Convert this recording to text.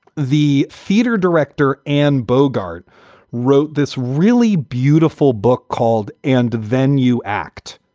the theater director and bogarde wrote this really beautiful book called and then you act,